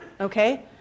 Okay